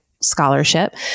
scholarship